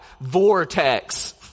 vortex